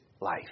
life